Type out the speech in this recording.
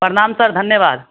प्रणाम सर धन्यवाद